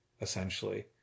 essentially